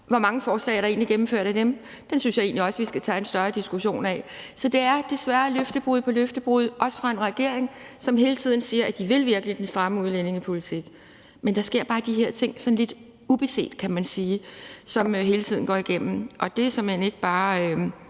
Hvor mange af de forslag er egentlig gennemført? Det synes jeg egentlig også vi skal tage en større diskussion af. Så det er desværre løftebrud på løftebrud, også fra en regering, som hele tiden siger, at den virkelig vil den stramme udlændingepolitik. Men der sker bare de her ting sådan lidt upåagtet, kan man sige, som hele tiden går igennem, og det er såmænd ikke bare